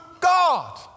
God